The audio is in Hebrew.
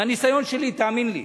מהניסיון שלי, תאמין לי.